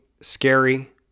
scary